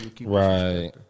Right